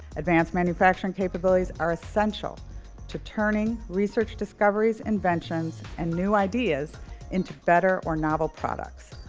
advanced manufacturing capabilities are essential to turning research discoveries, inventions and new ideas into better or novel products.